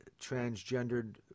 transgendered